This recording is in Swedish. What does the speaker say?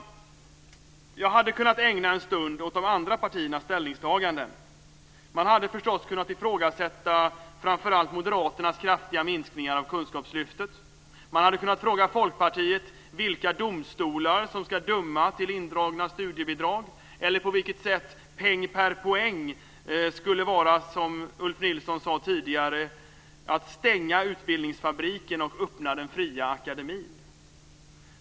Jag hade kunnat ägna en stund åt de andra partiernas ställningstaganden. Man hade förstås kunnat ifrågasätta framför allt Moderaternas kraftiga minskningar av Kunskapslyftet. Man hade kunnat fråga Folkpartiet vilka domstolar som ska döma till indragna studiebidrag eller på vilket sätt "peng per poäng" skulle vara, som Ulf Nilsson sade tidigare, att stänga utbildningsfabriken och öppna den fria akademin.